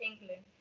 England